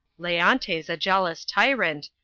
leontes a jealous tyrant,